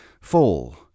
fall